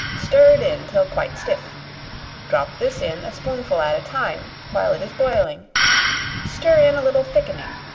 stirred in till quite stiff drop this in, a spoonful at a time, while it is boiling stir in a little thickening,